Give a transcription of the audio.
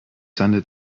handelt